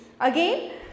Again